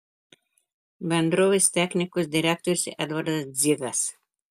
bendrovės technikos direktorius edvardas dzigas